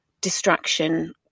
distraction